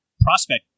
prospect